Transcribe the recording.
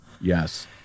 Yes